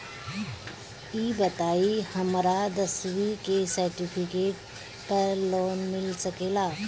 ई बताई हमरा दसवीं के सेर्टफिकेट पर लोन मिल सकेला?